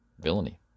villainy